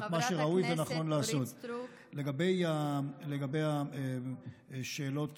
לגבי השאלות